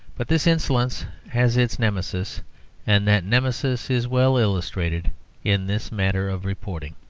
but this insolence has its nemesis and that nemesis is well illustrated in this matter of reporting.